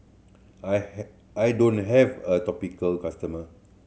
I I don't have a customer